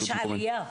יש עלייה בעבירות.